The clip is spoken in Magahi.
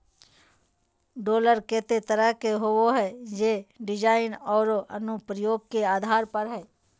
लोडर केते तरह के होबो हइ, जे डिज़ाइन औरो अनुप्रयोग के आधार पर हइ